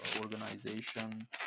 organization